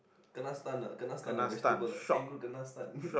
kena stun ah kena stun like vegetable lah kangaroo kena stun